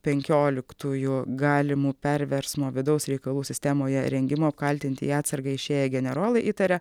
penkioliktųjų galimų perversmo vidaus reikalų sistemoje rengimo apkaltinti į atsargą išėję generolai įtaria